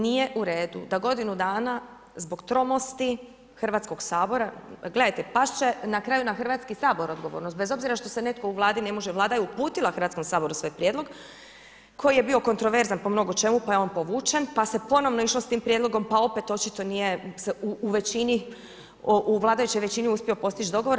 Nije uredu da godinu dana zbog tromosti Hrvatskog sabora, gledajte past će na kraju na Hrvatski sabor odgovornost bez obzira što se netko u Vladi ne može, Vlada je uputila Hrvatskom saboru svoj prijedlog koji je bio kontroverzan po mnogo čemu pa je povučen, pa se ponovo išlo s tim prijedlogom pa opet očito nije se u većini u vladajućoj većini uspio postić dogovor.